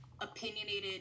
opinionated